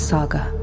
Saga